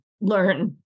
learn